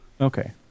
Okay